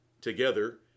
Together